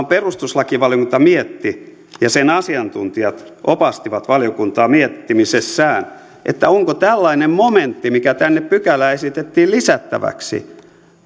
perustuslakivaliokunta mietti ja sen asiantuntijat opastivat valiokuntaa miettimisessään onko tällainen momentti mikä tänne pykälään esitettiin lisättäväksi